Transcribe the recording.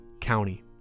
county